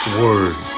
word